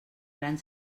gran